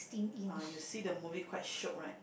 ah you see the movie quite shiok right